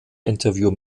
interview